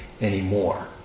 anymore